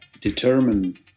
determine